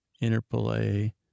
interplay